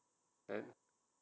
and